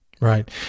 right